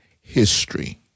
history